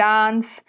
Dance